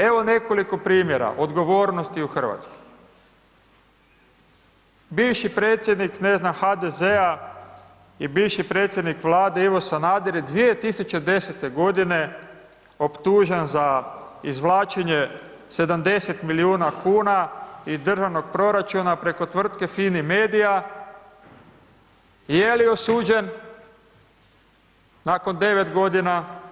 Evo nekoliko primjera odgovornosti u Hrvatskoj, bivši predsjednik ne znam HDZ-a i bivši predsjednik Vlade, Ivo Sanader je 2010. g. optužen za izvlačenje 70 milijuna kuna iz državnog proračuna preko tvrtke FIMA MEDIJA, je li osuđen, nakon 9 godina?